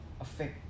affect